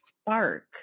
spark